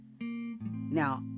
Now